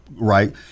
right